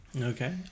Okay